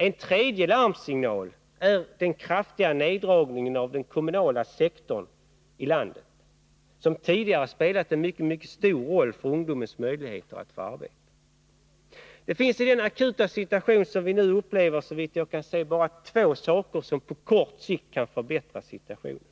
En tredje larmsignal är den kraftiga neddragningen av den kommunala sektorn i landet, som tidigare spelat en mycket stor roll för ungdomens möjligheter att få arbete. Det finns i den akuta situation som vi nu upplever såvitt jag kan se bara två saker som på kort sikt kan förbättra situationen.